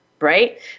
right